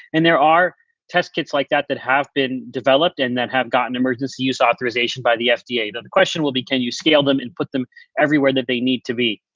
and there are test kits like that that have been developed and that have gotten emergency use authorization by the fda. the the question will be, can you scale them and put them everywhere that they need to be,